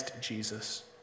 Jesus